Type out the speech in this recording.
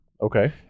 okay